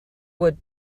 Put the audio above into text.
would